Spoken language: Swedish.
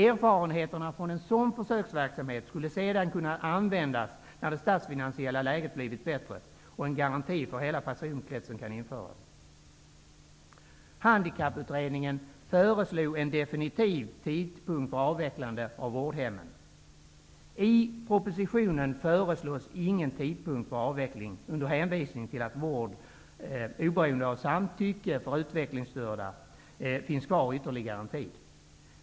Erfarenheterna från en sådan försöksverksamhet skulle sedan kunna användas när det statsfinansiella läget blivit bättre och en garanti för hela personkretsen kan införas. propositionen föreslås ingen tidpunkt för avvecklingen, under hänvisning till att vård oberoende av samtycke av utvecklingsstörda finns kvar ytterligare en tid.